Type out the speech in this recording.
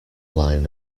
line